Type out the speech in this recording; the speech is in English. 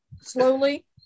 slowly